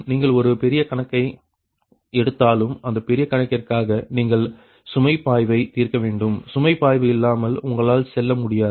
நீங்கள் ஒரு பெரிய கணக்கை எடுத்தாலும் அந்த பெரிய கணக்கிற்காக நீங்கள் சுமை பாய்வை தீர்க்க வேண்டும் சுமை பாய்வு இல்லாமல் உங்களால் செல்ல முடியாது